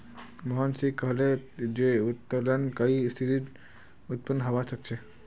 मोहनीश कहले जे उत्तोलन कई स्थितित उत्पन्न हबा सख छ